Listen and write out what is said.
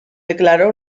declaró